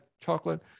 chocolate